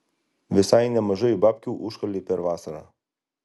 visai nemažai babkių užkalei per vasarą